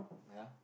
ya